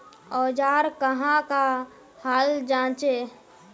औजार कहाँ का हाल जांचें?